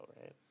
right